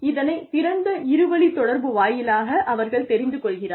இதனைத் திறந்த இரு வழி தொடர்பு வாயிலாக அவர்கள் தெரிந்து கொள்கிறார்கள்